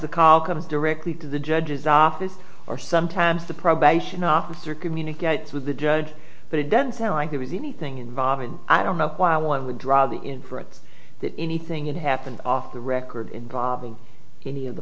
the call comes directly to the judge's office or sometimes the probation officer communicates with the judge but it doesn't sound like there was anything involving i don't know why one would draw the inference that anything that happened off the record in probably any of the